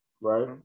right